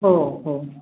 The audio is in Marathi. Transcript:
हो हो